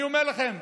אני אומר לכם,